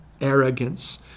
arrogance